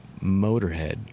Motorhead